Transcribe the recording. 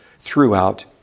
throughout